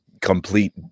complete